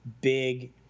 big